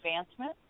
Advancement